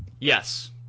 Yes